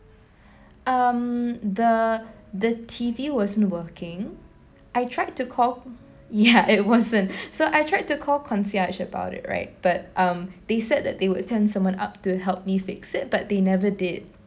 um the the T_V wasn't working I tried to call ya it wasn't so I tried to call concierge about it right but um they said that they would send someone up to help me fix it but they never did